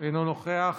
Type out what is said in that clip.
אינו נוכח,